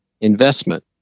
investment